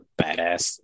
badass